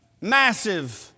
massive